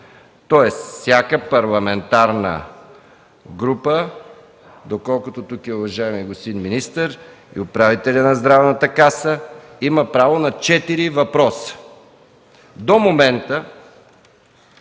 Тоест, всяка парламентарна група, доколкото тук е уважаемият господин министър и управителят на Здравната каса, има право на четири въпроса. До момента